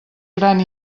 gran